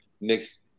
Next